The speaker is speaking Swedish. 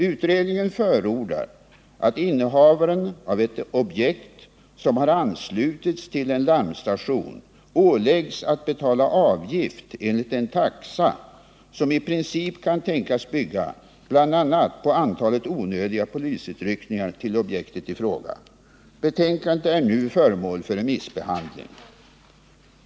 Utredningen förordar att innehavaren av ett objekt som har anslutits till en larmstation åläggs att betala avgift enligt en taxa som i princip kan tänkas bygga bl.a. på antalet onödiga polisutryckningar till objektet i fråga. Betänkandet är nu föremål för remissbehandling.